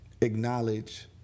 acknowledge